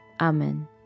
Amen